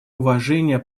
уважения